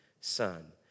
son